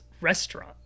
restaurant